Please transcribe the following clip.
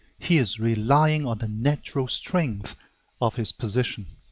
he is relying on the natural strength of his position.